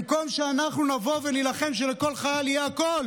במקום שאנחנו נבוא ונילחם שלכל חייל יהיה הכול,